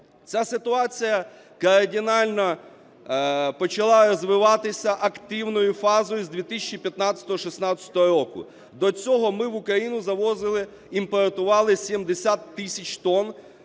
Ця ситуація кардинально почала розвиватися активною фазою з 2015-2016 року, до цього ми в Україну завозили, імпортували 70 тисяч тонн